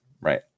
right